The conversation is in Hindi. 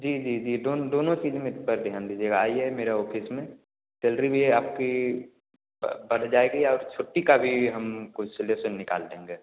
जी जी जी दोन दोनों चीज़ में पर ध्यान दीजिएगा आइए मेरे ऑफ़िस में सैलरी भी है आपकी बढ़ जाएगी और छुट्टी का भी हम कुछ सॉल्यूशन निकाल देंगे